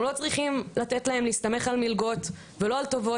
אנחנו לא צריכים לתת להם להסתמך על מלגות ולא על טובות,